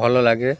ଭଲ ଲାଗେ